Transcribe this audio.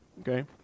okay